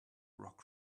rock